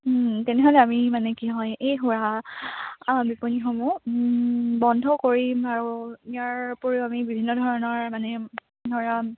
তেনেহ'লে আমি মানে কি হয় এই সুৰা বিপণীসমূহ বন্ধ কৰিম আৰু ইয়াৰ উপৰিও আমি বিভিন্ন ধৰণৰ মানে ধৰা